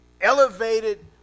elevated